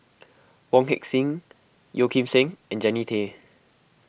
Wong Heck Sing Yeo Kim Seng and Jannie Tay